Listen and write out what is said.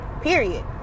Period